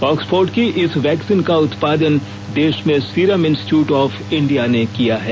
Oxford की इस vaccine का उत्पादन देश में सीरम इंस्टीट़यूट ऑफ इंडिया ने किया है